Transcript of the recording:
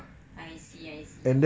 I see I see